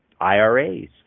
IRAs